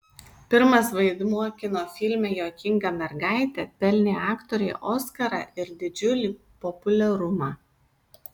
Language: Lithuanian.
pirmas vaidmuo kino filme juokinga mergaitė pelnė aktorei oskarą ir didžiulį populiarumą